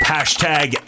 Hashtag